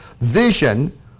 vision